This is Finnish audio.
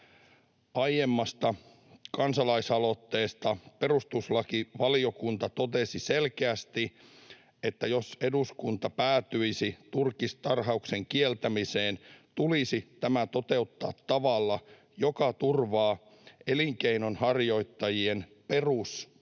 Aiemmasta kansalaisaloitteesta perustuslakivaliokunta totesi selkeästi, että jos eduskunta päätyisi turkistarhauksen kieltämiseen, tulisi tämä toteuttaa tavalla, joka turvaa elinkeinonharjoittajien perusoikeudet,